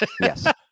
Yes